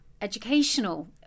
educational